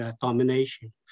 domination